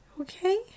okay